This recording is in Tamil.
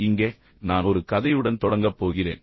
இங்கே நான் ஒரு கதையுடன் தொடங்கப் போகிறேன்